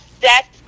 set